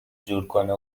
جورکنه